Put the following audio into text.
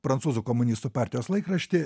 prancūzų komunistų partijos laikraštį